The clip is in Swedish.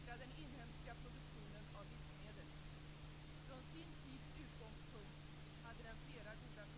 Jag återkommer till den frågan.